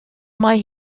mae